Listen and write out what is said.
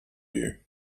you